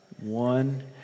One